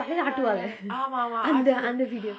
தலய ஆட்டுவாக:thalaya aattuvaka அந்த அந்த:antha antha video